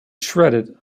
shredded